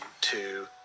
two